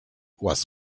was